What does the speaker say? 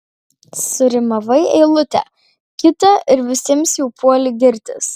surimavai eilutę kitą ir visiems jau puoli girtis